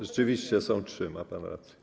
Rzeczywiście, są trzy, ma pan rację.